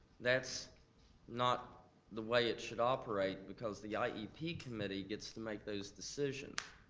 that's not the way it should operate, because the yeah iep iep committee gets to make those decisions.